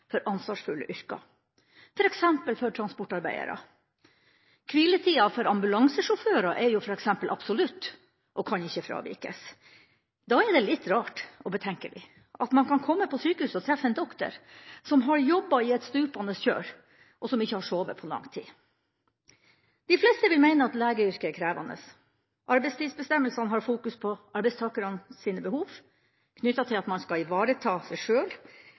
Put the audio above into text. for ansvarsfulle yrker, f.eks. for transportarbeidere. Hviletida for ambulansesjåfører er f.eks. absolutt og kan ikke fravikes. Da er det litt rart og betenkelig at man kan komme på sykehus og treffe en doktor som har jobbet i et stupende kjør, og som ikke har sovet på lang tid. De fleste vil mene at legeyrket er krevende. Arbeidstidsbestemmelsene har fokus på arbeidstakeres behov knyttet til at man skal ivareta seg sjøl,